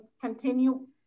continue